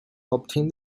obtain